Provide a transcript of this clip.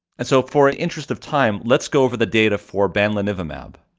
and so for interest of time, let's go over the data for bamlanivimab.